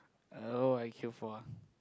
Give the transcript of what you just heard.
uh what would I queue for ah